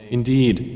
Indeed